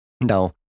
Now